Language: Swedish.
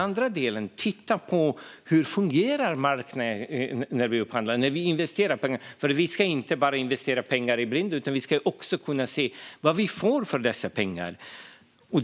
Vi måste också titta på hur det fungerar när vi gör upphandlingar. Vi ska inte investera pengar i blindo, utan vi ska också titta på vad vi får för pengarna.